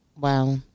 Wow